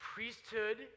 Priesthood